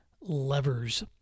Levers